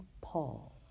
Paul